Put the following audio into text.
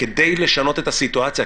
כדי לשנות את הסיטואציה,